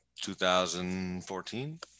2014